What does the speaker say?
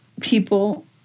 people